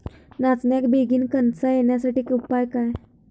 नाचण्याक बेगीन कणसा येण्यासाठी उपाय काय?